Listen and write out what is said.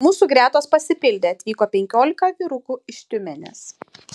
mūsų gretos pasipildė atvyko penkiolika vyrukų iš tiumenės